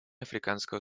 африканского